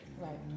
Right